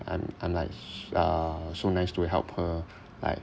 I'm I'm like s~ uh so nice to help her like